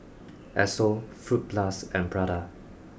Esso Fruit Plus and Prada